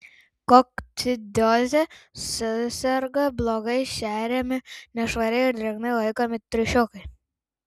kokcidioze suserga blogai šeriami nešvariai ir drėgnai laikomi triušiukai